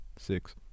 Six